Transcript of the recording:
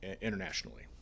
internationally